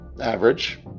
average